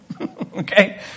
Okay